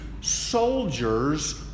soldiers